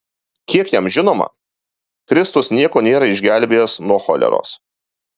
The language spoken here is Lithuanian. kiek jam žinoma kristus nieko nėra išgelbėjęs nuo choleros